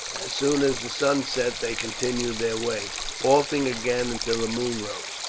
as soon as the sun set they continued their way, halting again until the moon rose,